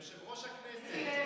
יושב-ראש הכנסת.